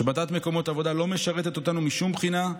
השבתת מקומות עבודה לא משרתת אותנו משום בחינה,